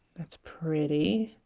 that's pretty